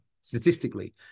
statistically